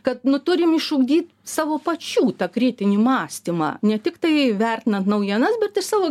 kad nu turim išugdy savo pačių tą kritinį mąstymą ne tiktai vertinan naujienas bet ir savo